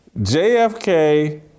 JFK